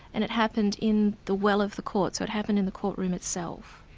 and it happened in the well of the court, so it happened in the courtroom itself.